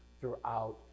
throughout